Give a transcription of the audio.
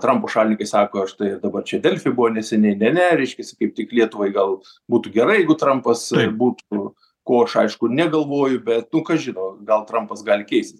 trampo šalininkai sako štai dabar čia delfi buvo neseniai ne ne reiškiasi kaip tik lietuvai gal būtų gerai jeigu trampas būtų ko aš aišku negalvoju bet nu kas žino gal trampas gali keistis